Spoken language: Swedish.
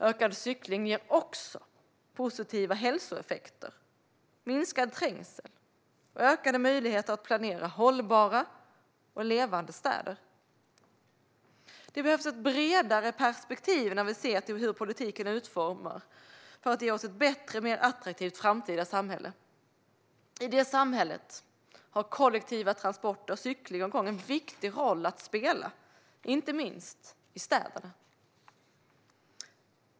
Ökad cykling ger också positiva hälsoeffekter, minskad trängsel och ökade möjligheter att planera hållbara och levande städer. Det behövs ett bredare perspektiv när vi ser till hur politiken kan utformas för att ge oss ett bättre, mer attraktivt framtida samhälle. I det samhället har kollektiva transporter, cykling och gång en viktig roll att spela, inte minst i städerna.